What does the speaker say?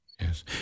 Yes